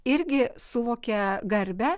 irgi suvokė garbę